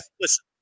Listen